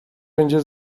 będzie